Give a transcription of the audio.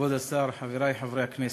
כבוד השר, חברי חברי הכנסת,